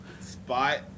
spot